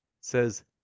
says